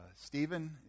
Stephen